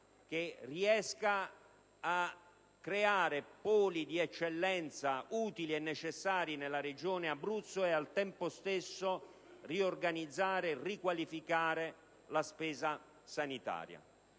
che riesca a creare poli di eccellenza utili e necessari nella Regione Abruzzo e al tempo stesso riorganizzare e riqualificare la spesa sanitaria.